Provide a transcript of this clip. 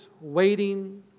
waiting